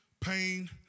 pain